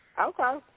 Okay